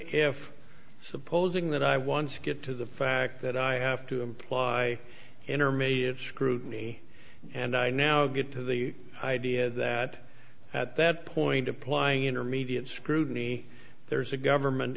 if supposing that i want to get to the fact that i have to apply intermediate scrutiny and i now get the idea that at that point applying intermediate scrutiny there is a government